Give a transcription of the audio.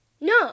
No